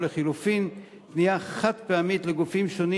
או לחלופין פנייה חד-פעמית לגופים שונים